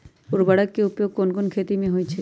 उर्वरक के उपयोग कौन कौन खेती मे होई छई बताई?